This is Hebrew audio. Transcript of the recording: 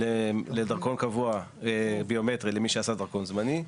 לדרכון קבוע ביומטרי למי שעשה דרכון זמני,